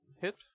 hit